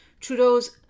Trudeau's